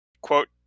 quote